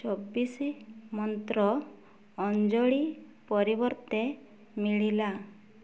ଚବିଶି ମନ୍ତ୍ର ଅଞ୍ଜଳି ପରିବର୍ତ୍ତେ ମିଳିଲା